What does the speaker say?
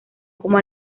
como